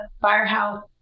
firehouse